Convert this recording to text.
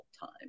time